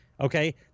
Okay